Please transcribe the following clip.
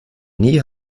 nie